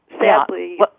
sadly